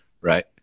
right